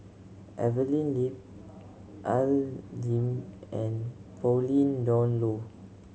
Evelyn Lip Al Lim and Pauline Dawn Loh